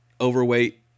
overweight